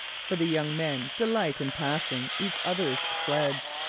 for the young men delight in passing each other's sledge,